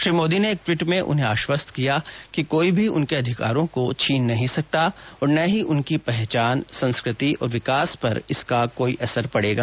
श्री मोदी ने एक ट्वीट में उन्हें आश्वस्त किया कि कोई भी उनके अधिकारों को छीन नहीं सकता और न ही उनकी पहचान संस्कृति और विकास पर इसका कोई असर पड़ेगा